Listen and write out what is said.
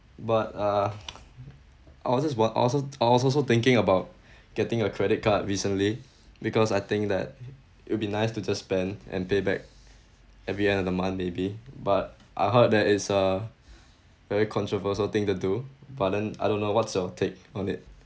but uh I was just what I also I was also thinking about getting a credit card recently because I think that it'll be nice to just spend and pay back every end of the month maybe but I heard that is a very controversial thing to do but then I don't know what's your take on it